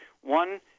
one